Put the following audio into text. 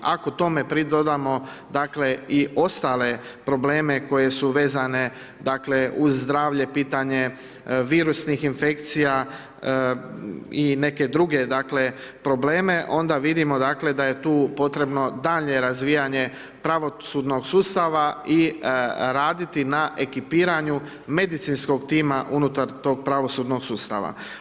Ako tome pridodamo, dakle, i ostale probleme koje su vezane, dakle, uz zdravlje, pitanje virusnih infekcija i neke druge, dakle, probleme, onda vidimo, dakle, da je tu potrebno daljnje razvijanje pravosudnog sustava i raditi na ekipiranju medicinskog tima unutar tog pravosudnog sustava.